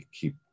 keep